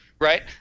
right